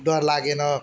डर लागेन